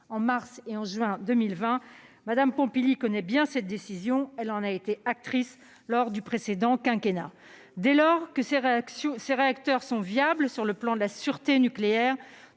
en mars et en juin 2020 ; Mme Pompili connaît bien cette décision, dont elle a été actrice lors du précédent quinquennat. Dès lors que ces réacteurs sont viables sur le plan de la sûreté nucléaire,